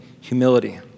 humility